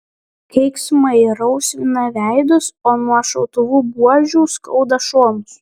keiksmai rausvina veidus o nuo šautuvų buožių skauda šonus